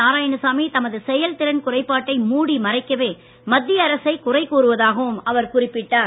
நாராயணசாமி தமது செயல்திறன் குறைப்பாட்டை மூடி மறைக்கவே மத்திய அரசு குறை கூறுவதாகவும் அவர் குறிப்பிட்டார்